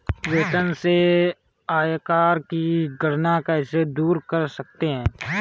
वेतन से आयकर की गणना कैसे दूर कर सकते है?